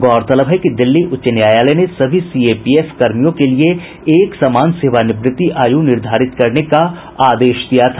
गौरतलब है कि दिल्ली उच्च न्यायालय ने सभी सीएपीएफ कर्मियों के लिए एक समान सेवानिवृत्ति आयु निर्धारित करने का आदेश दिया था